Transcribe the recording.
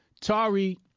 tari